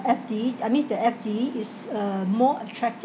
F_D I mean it's the F_D is uh more attractive